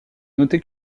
noter